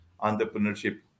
entrepreneurship